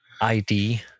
ID